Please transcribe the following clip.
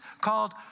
called